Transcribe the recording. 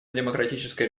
демократическая